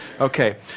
Okay